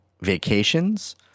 vacations